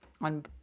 on